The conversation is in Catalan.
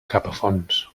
capafonts